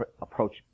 approach